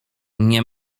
nie